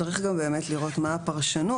צריך גם באמת לראות מה הפרשנות.